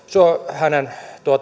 hänen